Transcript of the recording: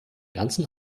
ganzen